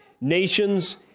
Nations